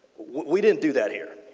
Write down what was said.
we didn't do that here.